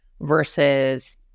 versus